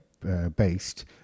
Based